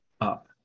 up